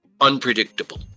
unpredictable